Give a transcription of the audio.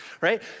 right